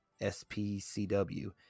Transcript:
spcw